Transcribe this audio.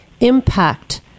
impact